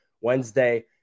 Wednesday